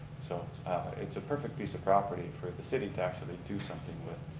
so it's a perfect piece of property for the city to actually do something with.